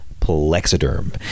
plexiderm